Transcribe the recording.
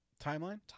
Timeline